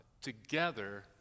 Together